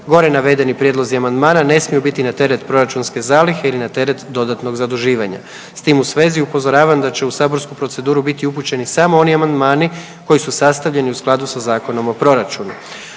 Gore navedeni prijedlozi amandmana ne smiju biti na teret proračunske zalihe ili na teret dodatnog zaduživanja. S tim u svezi upozoravam da ću u saborsku proceduru biti upućeni samo oni amandmani koji su sastavljeni u skladu sa Zakonom o proračunu.